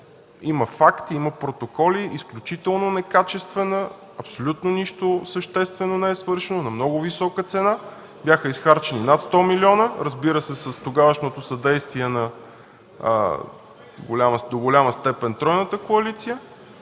Има факт, има протоколи, че работата е изключително некачествена, абсолютно нищо съществено не е свършено, на много висока цена – бяха похарчени над 100 млн. лв. Това стана с тогавашното съдействие до голяма степен на тройната коалиция.